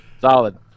Solid